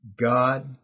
God